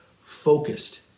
focused